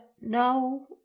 No